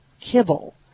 kibble